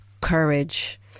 courage